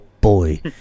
Boy